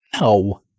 No